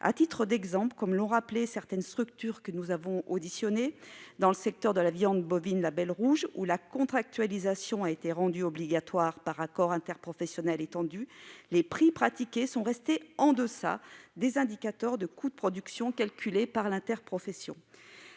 À titre d'exemple, ainsi que l'ont rappelé les représentants de certaines structures que nous avons auditionnés, dans le secteur de la viande bovine Label rouge, où la contractualisation a été rendue obligatoire par accord interprofessionnel étendu, les prix pratiqués sont restés en deçà des indicateurs de coûts de production calculés par l'interprofession.